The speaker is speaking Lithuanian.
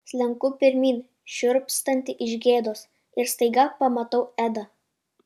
slenku pirmyn šiurpstanti iš gėdos ir staiga pamatau edą